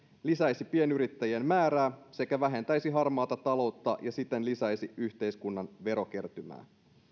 lisäisi pienyrittäjien määrää sekä vähentäisi harmaata taloutta ja siten lisäisi yhteiskunnan verokertymää